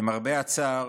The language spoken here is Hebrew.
למרבה הצער,